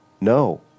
No